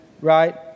right